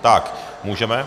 Tak, můžeme.